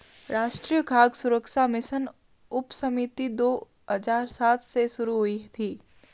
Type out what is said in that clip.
राष्ट्रीय खाद्य सुरक्षा मिशन उपसमिति दो हजार सात में शुरू हुई थी